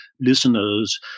listeners